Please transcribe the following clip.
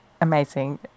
Amazing